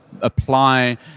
apply